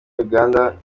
uganda